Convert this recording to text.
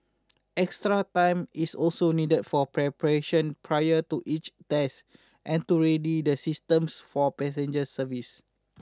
extra time is also needed for preparation prior to each test and to ready the systems for passenger service